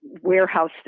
warehouse